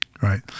Right